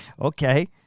Okay